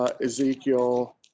Ezekiel